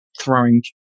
throwing